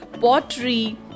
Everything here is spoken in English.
pottery